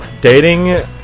dating